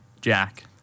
Jack